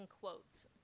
quotes